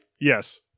Yes